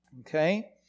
Okay